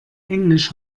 englisch